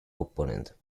opponent